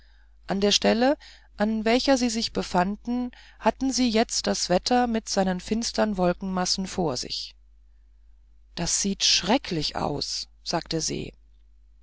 an der stelle an welcher sie sich befanden hatten sie jetzt das wetter mit seinen finstern wolkenmassen vor sich das sieht schrecklich aus sagte se sie